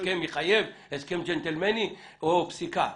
הסכם ג'נטלמני או פסיקה,